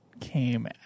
came